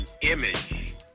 image